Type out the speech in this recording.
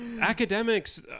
Academics